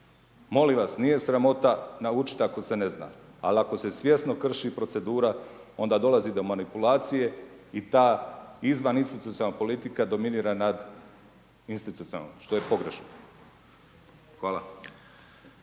Molim vas, nije sramota naučit ako se ne zna, al ako se svjesno krši procedura onda dolazi do manipulacije i ta izvan institucionalna politika dominira nad institucionalnom, što je pogrešno. Hvala.